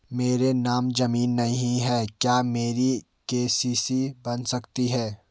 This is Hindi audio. मेरे नाम ज़मीन नहीं है क्या मेरी के.सी.सी बन सकती है?